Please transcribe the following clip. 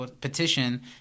petition